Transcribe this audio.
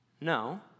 No